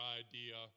idea